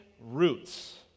roots